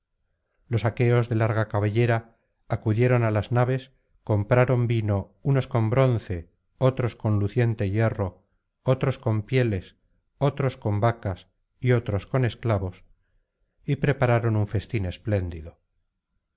los aqueos de larga cabellera acudieron á las naves compraron vino unos con bronce otros con luciente hierro otros con pieles otros con vacas y otros con esclavos y prepararon un festín espléndido